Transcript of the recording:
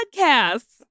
podcasts